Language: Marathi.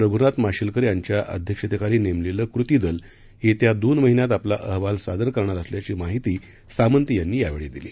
रघुनाथ माशेलकर यांच्या अध्यक्षतेखाली नेमलेलं कृती दल येत्या दोन महिन्यात आपला अहवाल सादर करणार असल्याची माहिती सामंत यांनी यावेळी दिली